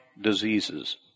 diseases